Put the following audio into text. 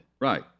Right